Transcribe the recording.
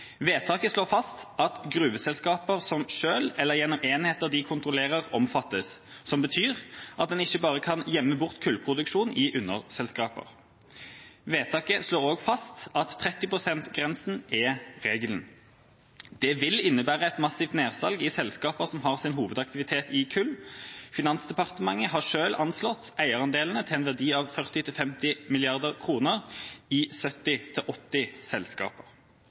Vedtaket slår fast at «gruveselskaper som selv eller gjennom enheter de kontrollerer», omfattes, som betyr at en ikke bare kan gjemme bort kullproduksjonen i underselskaper. Vedtaket slår også fast at 30 pst.-grensen er regelen. Det vil innebære et massivt nedsalg i selskaper som har sin hovedaktivitet i kull. Finansdepartementet har selv anslått eierandelene til en verdi av